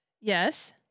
Yes